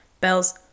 bells